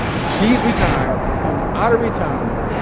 she's retired. comes out of retirement,